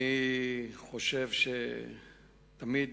אני חושב שתמיד